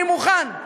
אני מוכן.